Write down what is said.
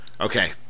Okay